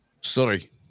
sorry